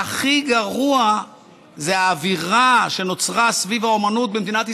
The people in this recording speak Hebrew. והכי גרוע זה האווירה שנוצרה סביב האומנות במדינת ישראל,